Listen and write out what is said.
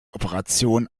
operation